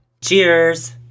cheers